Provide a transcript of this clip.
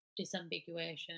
disambiguation